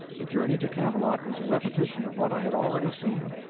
the journey to camelot was a repetition of what i had already seen.